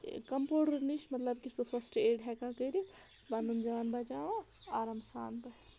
کَمپوڈرَن نِش مطلب کہِ سُہ فٔسٹ ایڈ ہٮ۪کان کٔرِتھ پَنُن جان بَچاوان آرام سان پٲٹھۍ